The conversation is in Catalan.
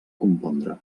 compondre